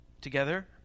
together